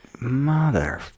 mother